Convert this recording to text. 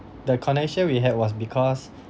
the connection we had was because